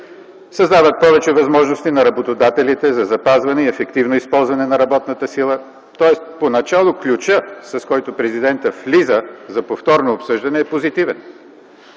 създават се повече възможности на работодателите за запазване и ефективно използване на работната сила, тоест поначало ключът, с който Президентът влиза за повторно обсъждане, е позитивен.